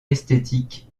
esthétiques